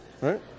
Right